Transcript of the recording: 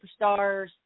superstars